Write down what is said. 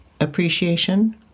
appreciation